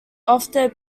often